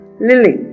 Lily